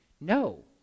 No